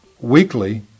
weekly